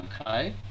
Okay